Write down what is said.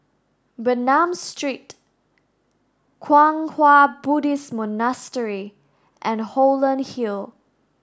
Bernam Street Kwang Hua Buddhist Monastery and Holland Hill